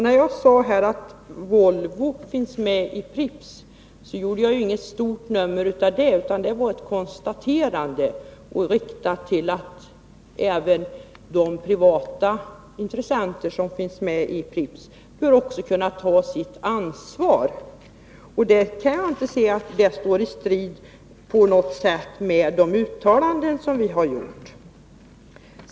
När jag sade att Volvo finns med i Pripps gjorde jag inget stort nummer av det, utan det var ett konstaterande som riktade uppmärksamheten på att även de privata intressenter som finns medi Pripps bör kunna ta sitt ansvar. Jag kan inte se att det på något sätt står i strid med de uttalanden som vi har gjort.